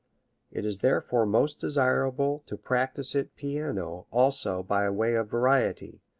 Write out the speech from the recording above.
it is therefore most desirable to practise it piano also by way of variety,